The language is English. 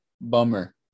bummer